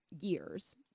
years